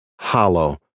Hollow